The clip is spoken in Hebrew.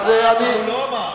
היא מסבירה מה הוא לא אמר.